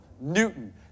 Newton